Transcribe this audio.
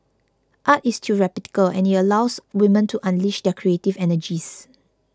art is therapeutic and it allows women to unleash their creative energies